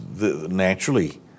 naturally